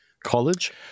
college